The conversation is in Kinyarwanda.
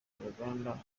uruganda